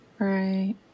Right